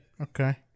okay